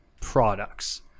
products